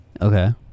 Okay